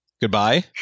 Goodbye